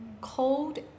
cold